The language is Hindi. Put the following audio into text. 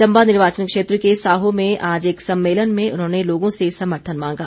चम्बा निर्वाचन क्षेत्र के साहो में आज एक सम्मेलन में उन्होंने लोगों से समर्थन मांगा